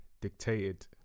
dictated